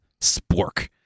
spork